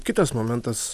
kitas momentas